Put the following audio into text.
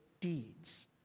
deeds